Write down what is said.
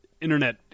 internet